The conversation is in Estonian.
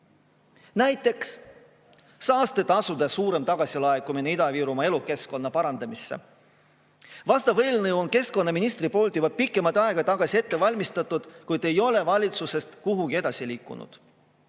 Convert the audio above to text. Näiteks saastetasude suurem tagasilaekumine Ida-Virumaa elukeskkonna parandamisse. Vastavat eelnõu on keskkonnaminister juba pikemat aega ette valmistanud, kuid see ei ole valitsusest kuhugi edasi liikunud.